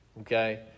Okay